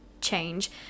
change